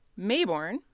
Mayborn